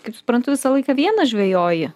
kaip suprantu visą laiką vienas žvejoji